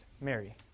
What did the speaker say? Mary